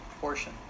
portion